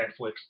Netflix